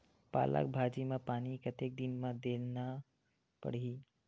पालक भाजी म पानी कतेक दिन म देला पढ़ही?